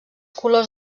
colors